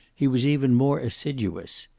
he was even more assiduous.